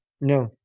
No